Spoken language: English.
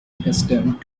accustomed